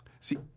See